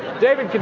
david?